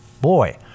Boy